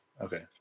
Okay